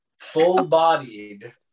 full-bodied